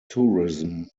tourism